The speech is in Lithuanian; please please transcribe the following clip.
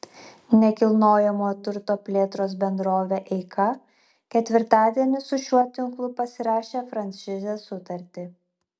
nekilnojamojo turto plėtros bendrovė eika ketvirtadienį su šiuo tinklu pasirašė franšizės sutartį